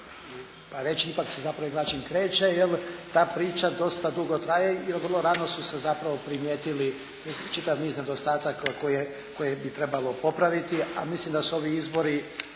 pa reći ipak se … /Ne razumije se./ … kreće jel', ta priča dosta dugo traje i vrlo rano su se zapravo primijetili, čitav niz nedostataka koje bi trebalo popraviti, a mislim da su ovi izbori